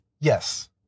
Yes